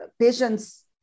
patients